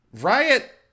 Riot